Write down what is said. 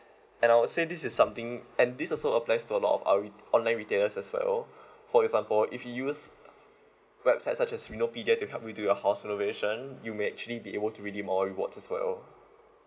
and I'd say this is something and this also applies to a lot of on re~ online retailers as well for example if you use website such as renopedia to help you to your house renovation you may actually be able to redeem more rewards as well